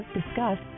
discuss